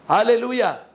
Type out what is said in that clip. Hallelujah